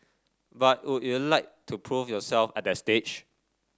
but would you like to prove yourself at that stage